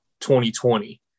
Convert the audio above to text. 2020